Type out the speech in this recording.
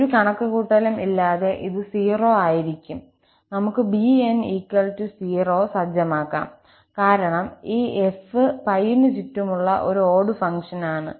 ഒരു കണക്കുകൂട്ടലും ഇല്ലാതെ ഇത് 0 ആയിരിക്കും നമുക്ക് 𝑏n 0 സജ്ജമാക്കാം കാരണം ഈ 𝑓 𝜋 ന് ചുറ്റുമുള്ള ഒരു ഓട് ഫംഗ്ഷനാണ്